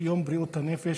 יום בריאות הנפש,